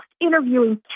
interviewing